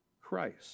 Christ